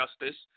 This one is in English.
justice